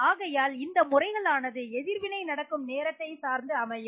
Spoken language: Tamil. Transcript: ஆகையால் இந்த முறைகள் ஆனது எதிர்வினை நடக்கும் நேரத்தை சார்ந்து அமையும்